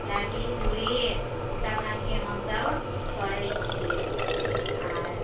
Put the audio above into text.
लहठी चूड़ी सब रंग के हमसब करै छियै आर